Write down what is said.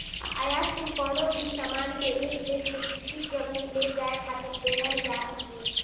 आयात शुल्क कवनो भी सामान के एक देस से दूसरा जगही ले जाए खातिर देहल जात हवे